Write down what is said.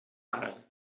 aarde